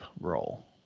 role